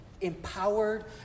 empowered